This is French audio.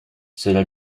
cela